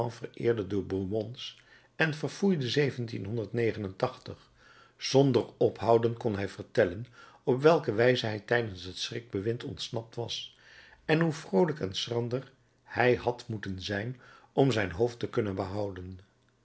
vereerde de bourbons en verfoeide zonder ophouden kon hij vertellen op welke wijze hij tijdens het schrikbewind ontsnapt was en hoe vroolijk en schrander hij had moeten zijn om zijn hoofd te kunnen behouden